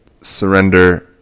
surrender